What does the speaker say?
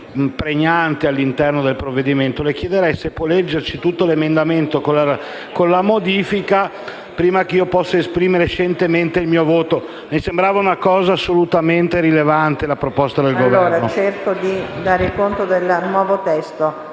Volpi, cerco di dare conto del nuovo testo